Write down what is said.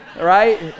right